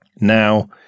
now